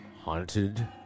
Haunted